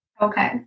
Okay